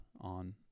on